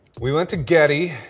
we went to getty,